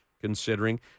considering